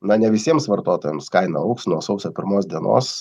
na ne visiems vartotojams kaina augs nuo sausio pirmos dienos